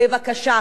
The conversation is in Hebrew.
בבקשה,